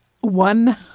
one